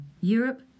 Europe